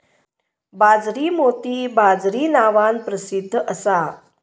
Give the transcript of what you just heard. बाजरी मोती बाजरी नावान प्रसिध्द असा